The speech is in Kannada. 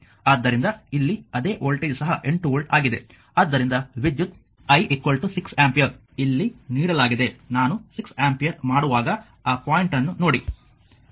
ಆದ್ದರಿಂದ ಇಲ್ಲಿ ಅದೇ ವೋಲ್ಟೇಜ್ ಸಹ 8 ವೋಲ್ಟ್ ಆಗಿದೆ ಆದ್ದರಿಂದ ವಿದ್ಯುತ್ I 6 ಆಂಪಿಯರ್ ಇಲ್ಲಿ ನೀಡಲಾಗಿದೆ ನಾನು 6 ಆಂಪಿಯರ್ ಮಾಡುವಾಗ ಆ ಪಾಯಿಂಟನ್ನು ನೋಡಿ